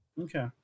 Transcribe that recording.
Okay